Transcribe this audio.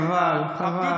חבל, חבל, חבל.